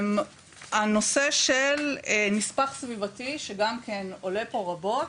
הנושא של נספח סביבתי שגם כן עולה פה רבות,